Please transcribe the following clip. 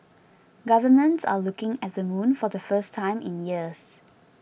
governments are looking at the moon for the first time in years